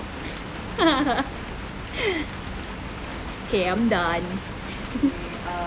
okay I'm done